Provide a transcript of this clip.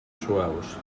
suaus